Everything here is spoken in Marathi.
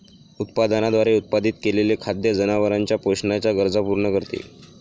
उत्पादनाद्वारे उत्पादित केलेले खाद्य जनावरांच्या पोषणाच्या गरजा पूर्ण करते